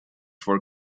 for